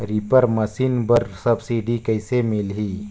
Reaper machine बर subsidy कइसे मिलही?